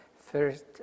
first